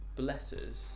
blesses